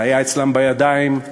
זה היה אצלם בידיים,